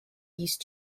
these